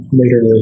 later